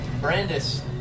Brandis